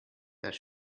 das